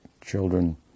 children